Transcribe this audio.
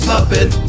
Puppet